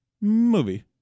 Movie